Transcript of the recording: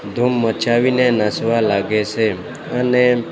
ધૂમ મચાવીને નાચવા લાગે છે અને